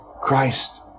Christ